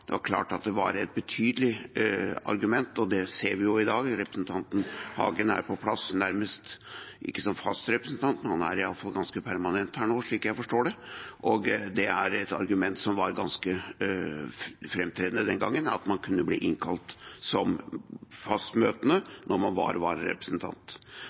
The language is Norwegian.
Det er klart at det var et betydelig argument og et argument som var ganske framtredende den gangen, at man kan bli innkalt som fast møtende når man er vararepresentant. Og det ser vi jo i dag – representanten Hagen er på plass, ikke som fast representant, men han er iallfall ganske permanent her nå, slik jeg forstår det.